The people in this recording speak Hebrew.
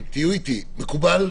מקובל?